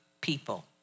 people